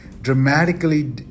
dramatically